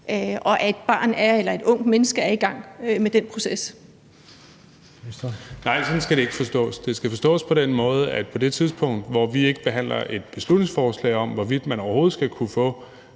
og boligministeren (Kaare Dybvad Bek): Nej, sådan skal det ikke forstås. Det skal forstås på den måde, at på det tidspunkt, hvor vi ikke behandler et beslutningsforslag om, hvorvidt man overhovedet skal kunne få